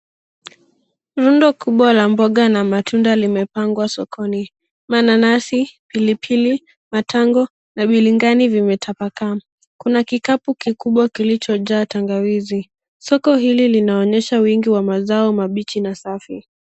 Rundo kubwa la mboga na matunda limepangwa sokoni. Mananasi, pilipili, matango, na biringani vimetapakaa. Kuna kikapu kikubwa kilichojaa tangawizi. Soko hili linaonyesha wingi wa mazao mabichi na safi.